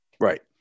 Right